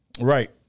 Right